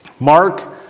Mark